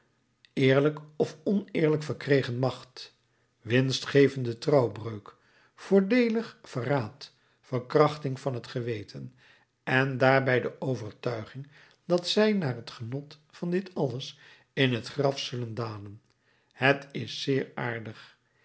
eerlijk of oneerlijk verkregen macht winstgevende trouwbreuk voordeelig verraad verkrachting van het geweten en daarbij de overtuiging dat zij na het genot van dit alles in t graf zullen dalen het is zeer aardig